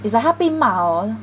it's like 他被骂 hor